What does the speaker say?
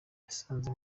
yasanze